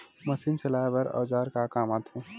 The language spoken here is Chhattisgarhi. मशीन चलाए बर औजार का काम आथे?